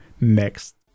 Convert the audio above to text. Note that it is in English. next